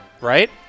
right